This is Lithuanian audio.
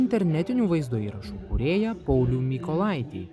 internetinių vaizdo įrašų kūrėją paulių mykolaitį